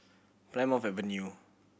Plymouth Avenue